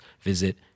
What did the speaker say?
visit